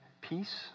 peace